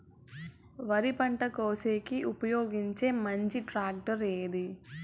వరి పంట కోసేకి ఉపయోగించే మంచి టాక్టర్ ఏది?